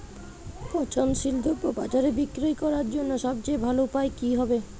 পচনশীল দ্রব্য বাজারে বিক্রয় করার জন্য সবচেয়ে ভালো উপায় কি হবে?